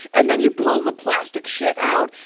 and then you pull the plastic shit out,